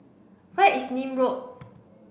where is Nim Road